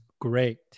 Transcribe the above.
great